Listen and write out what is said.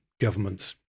governments